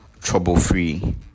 trouble-free